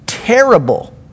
Terrible